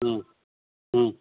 হুম হুম